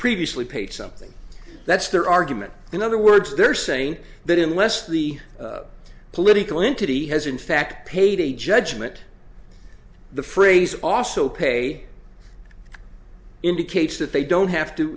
previously paid something that's their argument in other words they're saying that in less the political entity has in fact paid a judgement the phrase also pay indicates that they don't have to